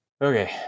Okay